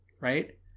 right